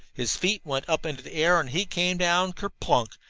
his feet went up into the air and he came down ker-plunk!